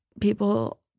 people